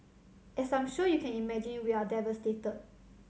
as I'm sure you can imagine we are devastated